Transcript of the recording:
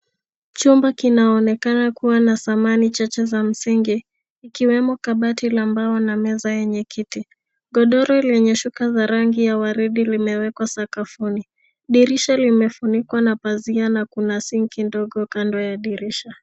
Chumba kinaonekana kua na samani chache za msingi, ikiwemo, kabati la mbao na meza yenye kiti. Godoro lenye shuka za rangi ya waridi, limewekwa sakafuni. Dirisha limefunikwa na pazia, na kuna singi ndogo kando ya dirisha.